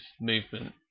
movement